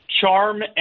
charm